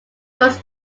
was